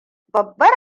babbar